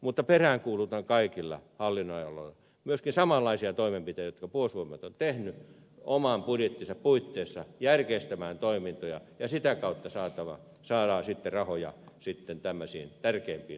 mutta peräänkuulutan kaikilla hallinnonaloilla myöskin samanlaisia toimenpiteitä joita puolustusvoimat on tehnyt oman budjettinsa puitteissa järkeistämään toimintoja ja sitä kautta saatava salaatin kera oy ja saadaan rahoja tärkeimpiin toimintoihin